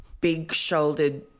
big-shouldered